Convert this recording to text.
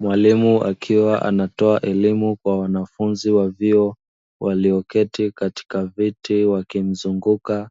Mwalimu akiwa anatoa elimu kwa wanafunzi wa vyuo walioketi katika viti, wakimzunguka